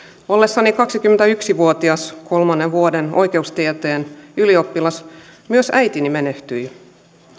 ollessani kaksikymmentäyksi vuotias kolmannen vuoden oikeustieteen ylioppilas myös äitini menehtyi